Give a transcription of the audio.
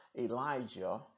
Elijah